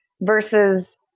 versus